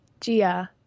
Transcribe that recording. Jia